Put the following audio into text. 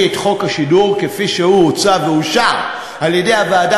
את חוק השידור כפי שהוא הוצע ואושר על-ידי הוועדה,